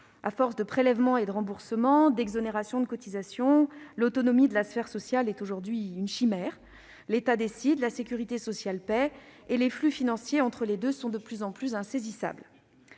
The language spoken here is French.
À force de prélèvements et de remboursements, d'exonérations de cotisations, l'autonomie de la sphère sociale est aujourd'hui une chimère. L'État décide, la sécurité sociale paie, et les flux financiers entre les deux sont de plus en plus insaisissables.